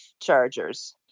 chargers